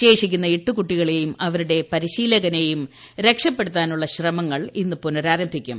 ശേഷിക്കുന്ന എട്ട് കുട്ടികളേയും അവരുടെ പരിശീലകനേയും രക്ഷപെടുത്ത്കാനുള്ള ശ്രമങ്ങൾ ഇന്ന് പുനഃരാരംഭിക്കും